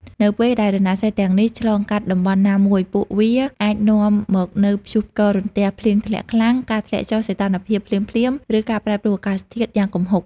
នៅពេលដែលរណសិរ្សទាំងនេះឆ្លងកាត់តំបន់ណាមួយ ពួកវាអាចនាំមកនូវព្យុះផ្គររន្ទះ ភ្លៀងធ្លាក់ខ្លាំង ការធ្លាក់ចុះសីតុណ្ហភាពភ្លាមៗ ឬការប្រែប្រួលអាកាសធាតុយ៉ាងគំហុក។